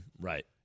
Right